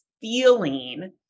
feeling